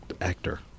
Actor